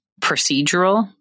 procedural